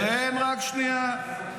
תן, רק שנייה.